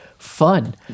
Fun